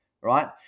right